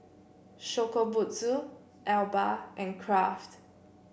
Shokubutsu Alba and Kraft